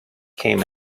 came